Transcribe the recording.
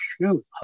shoot